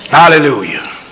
hallelujah